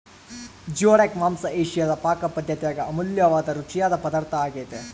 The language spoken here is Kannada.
ಜಿಯೋಡಕ್ ಮಾಂಸ ಏಷಿಯಾದ ಪಾಕಪದ್ದತ್ಯಾಗ ಅಮೂಲ್ಯವಾದ ರುಚಿಯಾದ ಪದಾರ್ಥ ಆಗ್ಯೆತೆ